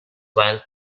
while